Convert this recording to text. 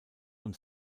und